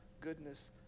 goodness